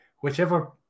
Whichever